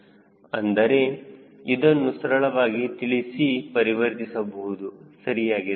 ಅಂದರೆ ಇದನ್ನು ಸರಳವಾಗಿ ತಿಳಿಸಿ ಪರಿವರ್ತಿಸಬಹುದು ಸರಿಯಾಗಿದೆ